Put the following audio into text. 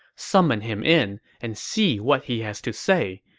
summon him in and see what he has to say.